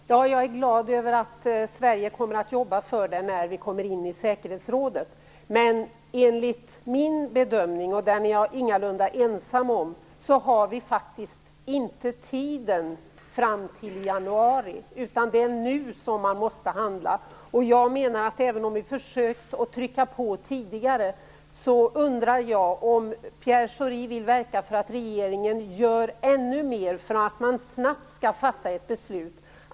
Fru talman! Jag är glad att Sverige kommer att jobba för detta när vi kommer in i säkerhetsrådet. Men enligt min bedömning, och den är jag ingalunda ensam om, har vi faktiskt inte tid att vänta till januari. Det är nu som man måste handla. Även om vi försökt trycka på tidigare undrar jag därför om Pierre Schori vill verka för att regeringen gör ännu mer för att man snabbt skall fatta ett beslut.